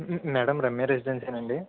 madam Ramya residency నండి